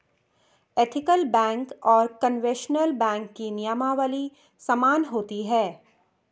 ethical bank और conventional bank की नियमावली समान होती है